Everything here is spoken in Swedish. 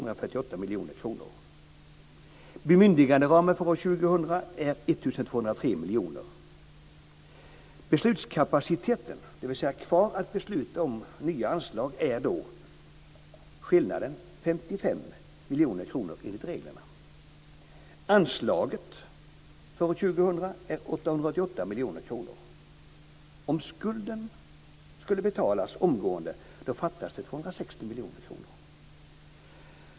Då finns det den Beslutskapaciteten, dvs. kvar att besluta om i nya anslag är då skillnaden, nämligen 55 miljoner kronor enligt reglerna. Anslaget för år 2000 är 888 miljoner kronor. Om skulden skulle betalas omgående fattas det 260 miljoner kronor.